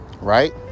Right